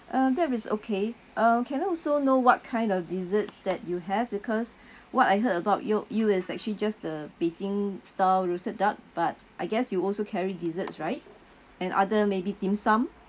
uh that is okay um can I also know what kind of desserts that you have because what I heard about yo~ you is actually just the beijing style roasted duck but I guess you also carry desserts right and other maybe dim sum